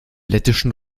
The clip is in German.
lettischen